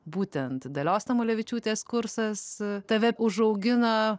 būtent dalios tamulevičiūtės kursas tave užaugino